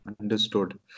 Understood